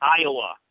Iowa